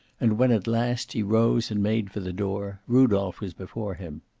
and when at last he rose and made for the door, rudolph was before him.